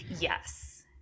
Yes